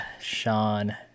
Sean